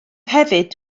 hefyd